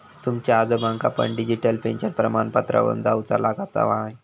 तुमच्या आजोबांका पण डिजिटल पेन्शन प्रमाणपत्रावरून जाउचा लागाचा न्हाय